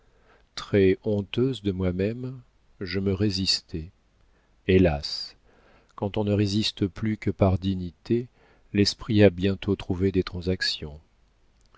cœur très honteuse de moi-même je me résistais hélas quand on ne résiste plus que par dignité l'esprit a bientôt trouvé des transactions